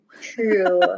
True